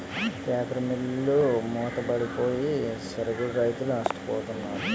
paper మిల్లులు మూతపడిపోయి సరుగుడు రైతులు నష్టపోతున్నారు